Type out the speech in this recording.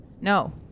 No